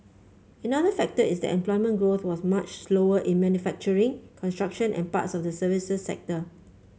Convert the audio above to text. another factor is that employment growth was much slower in manufacturing construction and parts of the services sector